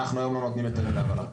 אנחנו היום לא נותנים היתרים להרעלה.